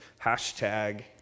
hashtag